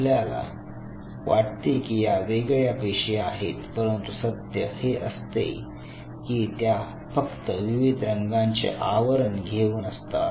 आपल्याला वाटते की या वेगळ्या पेशी आहेत परंतु सत्य हे असते की त्या फक्त विविध रंगाचे आवरण घेऊन असतात